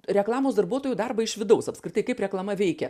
reklamos darbuotojų darbą iš vidaus apskritai kaip reklama veikia